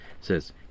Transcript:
says